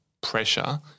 pressure